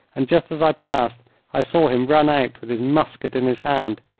and just as i passed i saw him run out with his musket in his hand.